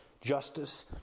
justice